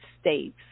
States